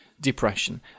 depression